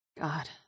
God